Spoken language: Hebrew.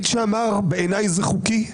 שאמר "בעיניי זה חוקי" ליועצת המשפטית?